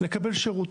לקבל שירות.